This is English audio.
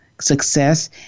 success